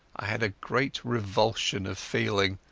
i had a great revulsion of feeling,